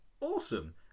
awesome